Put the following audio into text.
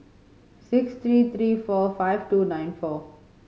six three three four five two nine four